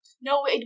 No